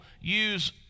use